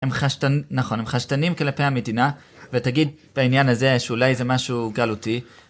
הם, נכון הם חשדנים כלפי המדינה ותגיד בעניין הזה שאולי זה משהו גלותי